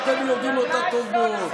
אתם יודעים אותה טוב מאוד.